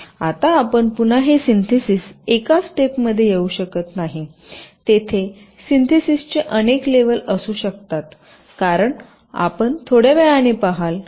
आता पुन्हा हे सिन्थेसिस एकाच स्टेप मध्ये येऊ शकत नाही तेथे सिन्थेसिसचे अनेक लेवल असू शकतात कारण आपण थोड्या वेळाने पहाल